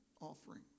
offering